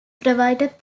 provided